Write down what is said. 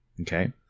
okay